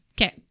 Okay